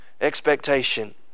expectation